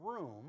room